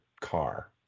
car